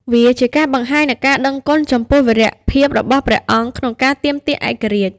វាជាការបង្ហាញនូវការដឹងគុណចំពោះវីរភាពរបស់ព្រះអង្គក្នុងការទាមទារឯករាជ្យ។